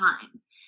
times